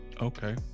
Okay